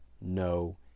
no